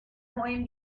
joven